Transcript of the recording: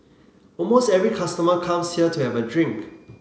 almost every customer comes here to have a drink